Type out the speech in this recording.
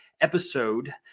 episode